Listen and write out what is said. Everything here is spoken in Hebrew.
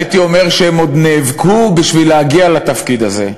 הייתי אומר שהם עוד נאבקו בשביל להגיע לתפקיד הזה.